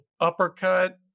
uppercut